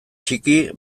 txiki